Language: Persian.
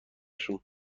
شون